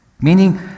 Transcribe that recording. Meaning